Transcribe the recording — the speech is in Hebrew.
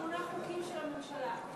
שמונה חוקים של הממשלה.